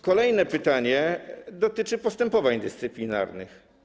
Kolejne pytanie dotyczy postępowań dyscyplinarnych.